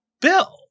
bill